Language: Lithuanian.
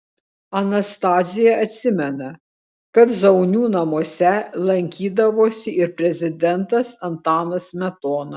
anastazija atsimena kad zaunių namuose lankydavosi ir prezidentas antanas smetona